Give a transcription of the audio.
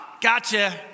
gotcha